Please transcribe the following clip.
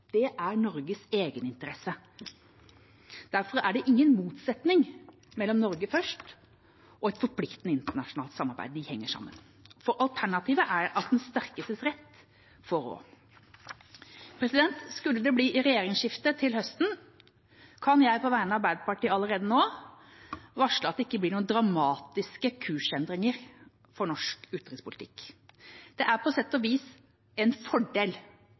Det er Norges egeninteresse. Derfor er det ingen motsetning mellom Norge først og et forpliktende internasjonalt samarbeid. De henger sammen. Alternativet er at den sterkestes rett får rå. Skulle det bli regjeringsskifte til høsten, kan jeg på vegne av Arbeiderpartiet allerede nå varsle at det ikke blir noen dramatiske kursendringer for norsk utenrikspolitikk. Det er på sett og vis en fordel